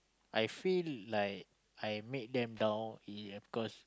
I feel like I have make them down in cause